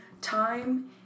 time